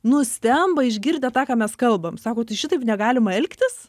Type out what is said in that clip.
nustemba išgirdę tą ką mes kalbam sako tai šitaip negalima elgtis